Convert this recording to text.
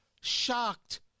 shocked